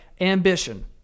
ambition